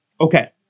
Okay